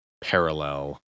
parallel